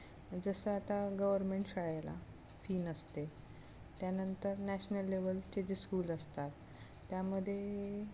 जसं आता गव्हर्मेंट शाळेला फी नसते त्यानंतर नॅशनल लेवलचे जे स्कूल असतात त्यामध्ये